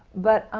but